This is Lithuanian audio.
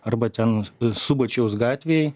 arba ten subačiaus gatvėj